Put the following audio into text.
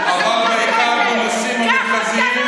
העם הזה לא יפחד.